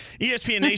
ESPN